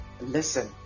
listen